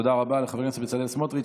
תודה רבה לחבר הכנסת בצלאל סמוטריץ'.